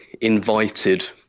invited